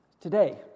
today